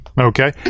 Okay